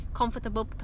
comfortable